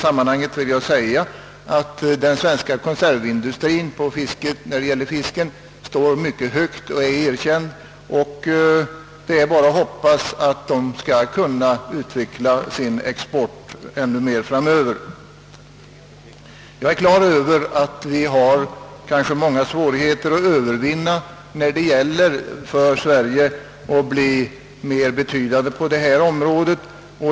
Jag vill framhålla att den svenska fiskkonservindustrien erkänt står mycket högt, och det är bara att hoppas att den skall kunna utveckla sin export ännu mer framöver. Jag är klar över att vi kanske har många svårigheter att övervinna för att vi skall kunna bli mer betydande på detta område.